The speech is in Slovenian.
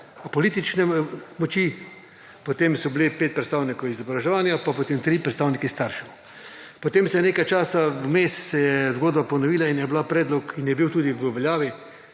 politične moči, potem so bili 5 predstavnikov iz izobraževanja pa, potem tri predstavniki staršev, potem se je nekaj časa vmes se je zgodba ponovila in je bil predlog tudi v veljavi,